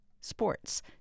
Sports